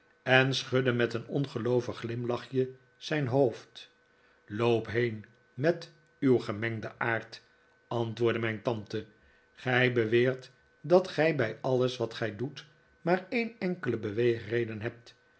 en schudde met een ongeloovig glimlachje zijn hoofd loop heen met uw gemengden aard antwoordde mijn tante gij beweert dat gij bij alles wat gij doet maar een enkele beweegreden hebt